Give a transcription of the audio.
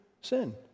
sin